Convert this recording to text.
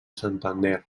santander